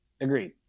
Agreed